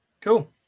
Cool